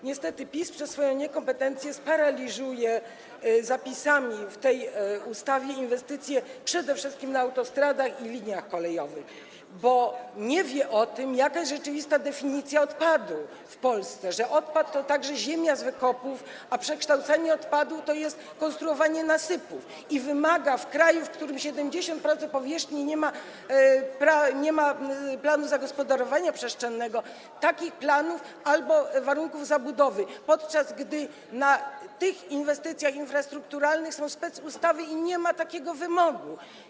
Niestety PiS przez swoją niekompetencję sparaliżuje zapisami w tej ustawie inwestycje przede wszystkim na autostradach i liniach kolejowych, bo nie wie o tym, jaka jest rzeczywista definicja odpadu w Polsce, że odpad to także ziemia z wykopów, a przekształcanie odpadu to jest konstruowanie nasypów i wymaga w kraju, w którym 70% powierzchni nie ma planu zagospodarowania przestrzennego, takich planów albo warunków zabudowy, podczas gdy w przypadku tych inwestycji infrastrukturalnych są specustawy i nie ma takiego wymogu.